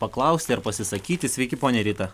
paklausti ar pasisakyti sveiki ponia rita